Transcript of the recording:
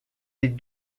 les